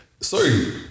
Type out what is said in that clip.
sorry